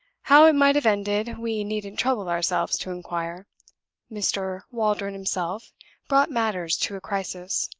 how it might have ended we needn't trouble ourselves to inquire mr. waldron himself brought matters to a crisis.